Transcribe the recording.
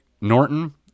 Norton